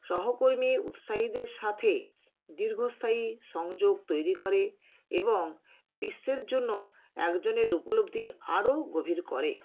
সহকর্মী উৎসাহীদের সাথে দীর্ঘস্থায়ী সংযোগ তৈরি করে এবং বিশ্বের জন্য একজনের উপলব্ধি আরও গভীর করে